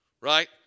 Right